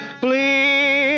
please